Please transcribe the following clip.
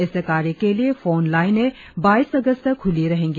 इस कार्य के लिए फोन लाइनें बाइस अगस्त तक खुली रहेंगी